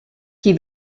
qui